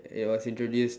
it was introduced